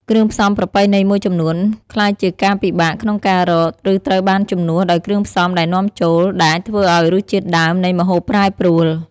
គ្រឿងផ្សំប្រពៃណីមួយចំនួន ក្លាយជាការពិបាកក្នុងការរក ឬត្រូវបានជំនួសដោយគ្រឿងផ្សំដែលនាំចូល ដែលអាចធ្វើឱ្យរសជាតិដើមនៃម្ហូបប្រែប្រួល។